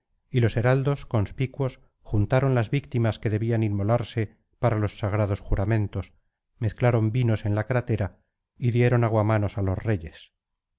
y los heraldos conspicuos juntaron las víctimas que debían inmolarse para los sagrados juramentos mezclaron vinos en la crátera y dieron aguamanos á los reyes